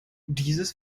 dieses